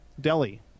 Delhi